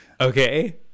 Okay